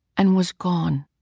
and was gone,